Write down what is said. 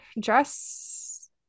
dress